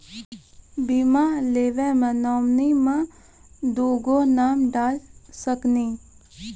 बीमा लेवे मे नॉमिनी मे दुगो नाम डाल सकनी?